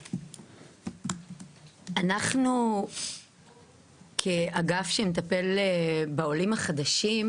אנחנו כאגף שמטפל בעולים החדשים,